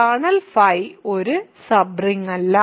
kernel ϕ ഒരു sub റിങ്ങല്ല